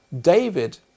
David